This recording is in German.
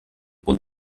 bund